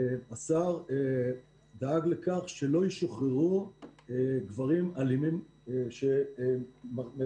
השר דאג לכך שלא ישוחררו לחופשות גברים אלימים שמרצים